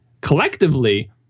collectively